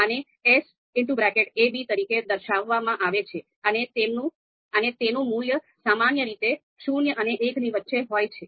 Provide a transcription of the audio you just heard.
આને S ab તરીકે દર્શાવવામાં આવે છે અને તેનું મૂલ્ય સામાન્ય રીતે શૂન્ય અને એકની વચ્ચે હોય છે